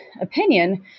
opinion